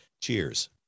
Cheers